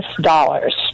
dollars